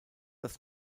das